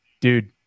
dude